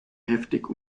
heftig